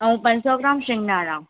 ऐं पंज सौ ग्राम शिंगदाणा